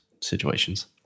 situations